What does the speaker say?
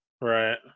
Right